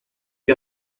que